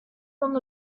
long